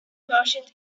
martians